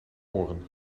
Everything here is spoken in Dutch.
oren